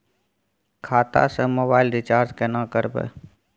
खाता स mobile recharge केना करबे?